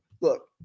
Look